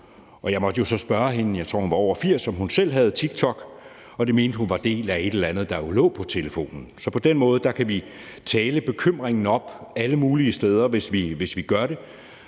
og jeg måtte jo så spørge hende, om hun selv havde TikTok, og det mente hun var en del af et eller andet, der jo lå på telefonen. Så på den måde kan vi tale bekymringen op alle mulige steder, hvis vi vil det,